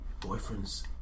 boyfriend's